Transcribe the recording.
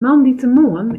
moandeitemoarn